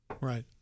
Right